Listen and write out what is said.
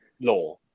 law